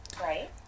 Right